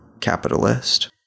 capitalist